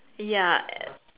ya a~